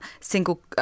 single